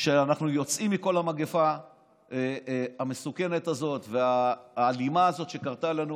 שאיתו אנחנו יוצאים מכל המגפה המסוכנת הזאת והאלימה הזאת שקרתה לנו,